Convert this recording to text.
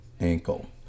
ankle